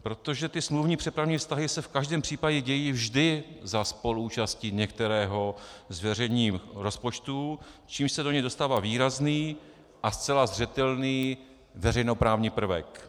Protože ty smluvní přepravní vztahy se v každém případě dějí vždy za spoluúčasti některého z veřejných rozpočtů, čímž se do něj dostává výrazný a zcela zřetelný veřejnoprávní prvek.